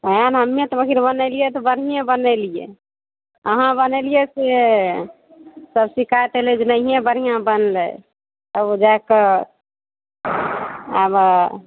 ओएह ने हमे तऽ बनेलियै तऽ बढ़िएँ बनेलियै अहाँ बनैलियै से सब शिकायत अयलै जे नहिए बढ़िआँ बनलै तब जाए कऽ आब